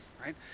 right